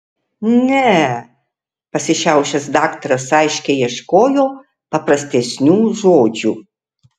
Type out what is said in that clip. ne pasišiaušęs daktaras aiškiai ieškojo paprastesnių žodžių